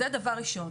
זה דבר ראשון.